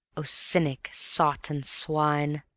oh cynic, sot and swine!